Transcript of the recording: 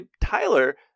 Tyler